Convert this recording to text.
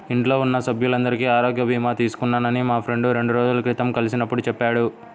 ఇంట్లో ఉన్న సభ్యులందరికీ ఆరోగ్య భీమా తీసుకున్నానని మా ఫ్రెండు రెండు రోజుల క్రితం కలిసినప్పుడు చెప్పాడు